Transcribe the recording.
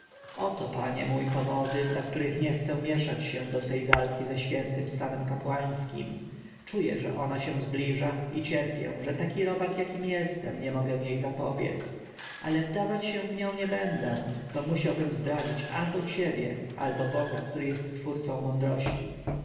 oto panie mój powody dla których nie chcę mieszać się do twej walki ze świętym stanem kapłańskim czuję że ona się zbliża i cierpię że taki robak jakim jestem nie mogę jej zapobiec ale wdawać się w nią nie będę bo musiałbym zdradzać albo ciebie albo boga który jest twórcą mądrości